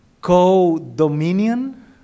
co-dominion